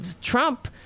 Trump